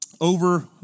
over